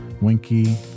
Winky